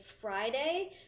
Friday